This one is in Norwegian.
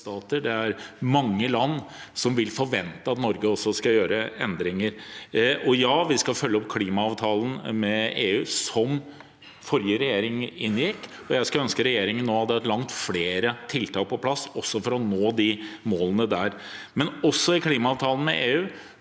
og mange land som vil forvente at Norge også skal gjøre endringer. Ja, vi skal følge opp klimaavtalen med EU, som forrige regjering inngikk, og jeg skulle ønske regjeringen nå hadde langt flere tiltak på plass for å nå de målene. Også i klimaavtalen med EU